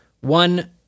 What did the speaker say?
One